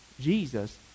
Jesus